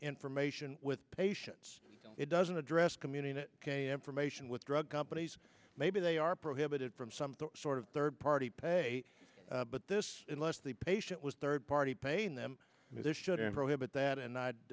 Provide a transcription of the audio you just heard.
information with patients it doesn't address community that information with drug companies maybe they are prohibited from some sort of third party pay but this unless the patient was third party paying them there shouldn't prohibit that and i'd